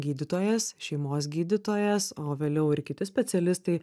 gydytojas šeimos gydytojas o vėliau ir kiti specialistai